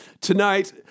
Tonight